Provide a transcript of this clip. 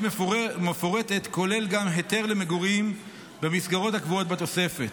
מפורטת כולל גם היתר למגורים במסגרות הקבועות בתוספת.